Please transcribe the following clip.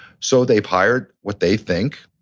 so they've hired what they think,